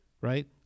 Right